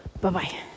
Bye-bye